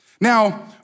Now